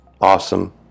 Awesome